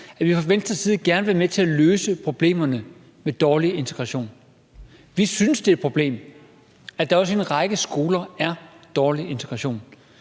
at vi fra Venstres side gerne vil være med til at løse problemerne med dårlig integration. Vi synes, det er et problem, at der i en række skoler er dårlig integration.